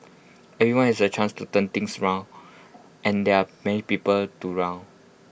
everyone has A chance to turn things around and there are many people to round